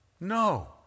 no